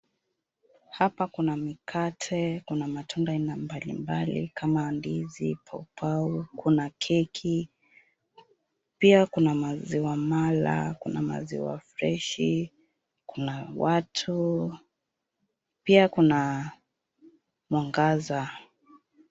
Hapa kuna mikate, kuna matunda aina mbali mbali kama: ndizi, pawpaw , kuna keki. Pia kuna maziwa mala, kuna maziwa freshi , kuna watu. Pia kuna mwangaza.